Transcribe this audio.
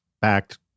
backed